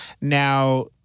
Now